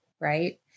right